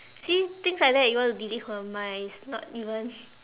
see things like that you want to believe her my it's not even